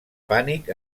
pànic